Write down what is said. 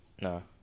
No